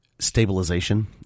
stabilization